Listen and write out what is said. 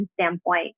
standpoint